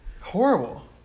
Horrible